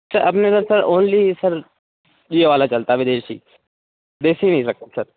sir अभी हमारे पास ओल्ड मे सर ये वाला चलता है विदेशी देशी नही रखता सर